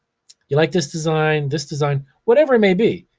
you like this design, this design, whatever it may be.